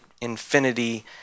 infinity